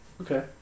Okay